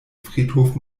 friedhof